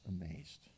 amazed